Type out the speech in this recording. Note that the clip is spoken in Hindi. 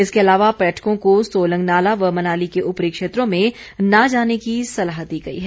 इसके अलावा पर्यटकों को सोलंग नाला व मनाली के उपरी क्षेत्रों में न जाने की सलाह दी है